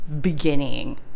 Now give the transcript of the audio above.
beginning